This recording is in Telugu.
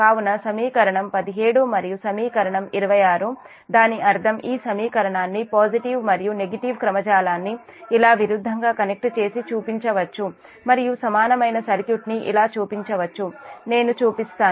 కాబట్టి సమీకరణం 17 మరియు సమీకరణం 26 దాని అర్థము ఈ సమీకరణాన్ని పాజిటివ్ మరియు నెగిటివ్ క్రమ జాలాన్ని ఇలా విరుద్ధంగా కనెక్ట్ చేసి చూపించొచ్చు మరియు సమానమైన సర్క్యూట్ ని ఇలా చూపించొచ్చు నేను చూపిస్తాను